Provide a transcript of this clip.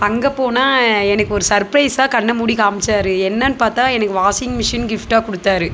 அங்கே போனால் எனக்கு ஒரு சர்ப்ரைஸாக கண்ணை மூடி காமிச்சாரு என்னன்னு பார்த்தா எனக்கு வாஷிங் மிஷின் கிஃப்ட்டாக கொடுத்தாரு